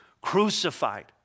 crucified